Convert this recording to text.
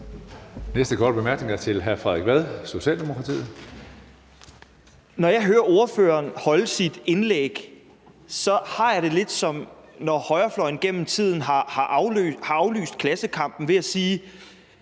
næste korte bemærkning er til hr. Frederik Vad, Socialdemokratiet. Kl. 12:43 Frederik Vad (S): Når jeg hører ordføreren holde sit indlæg, har jeg det lidt, som når højrefløjen gennem tiden har aflyst klassekampen ved at sige: